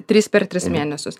trys per tris mėnesius